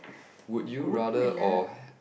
would you rather or